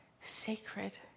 Sacred